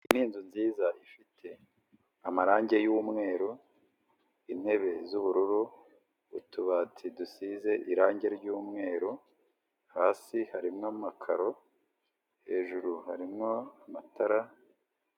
Iyi ni inzu nziza ifite amarange y'umweru, intebe z'ubururu, utubati dusize irange ry'umweru, hasi harimo amakaro, hejuru harimo amatara...